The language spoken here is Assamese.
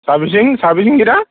চাৰ্ভিচিং চাৰ্ভিচিংকেইটা